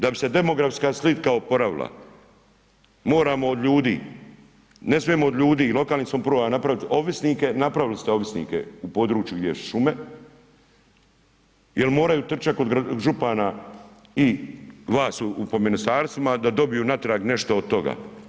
Da bi se demografska slika oporavila moramo od ljudi, ne smijemo od ljudi, lokalnih samouprava napraviti ovisnike, napravili ste ovisnike u području gdje su šume, jer moraju trčati kod župana i vaš po ministarstvima da dobiju natrag nešto od toga.